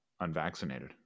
unvaccinated